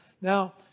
Now